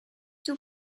two